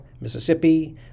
Mississippi